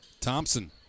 Thompson